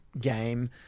game